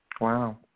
Wow